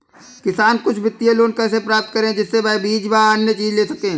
किसान कुछ वित्तीय लोन कैसे प्राप्त करें जिससे वह बीज व अन्य चीज ले सके?